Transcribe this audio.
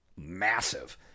massive